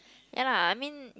ya lah I mean